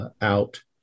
Out